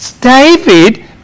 David